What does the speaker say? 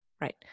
Right